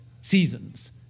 seasons